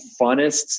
funnest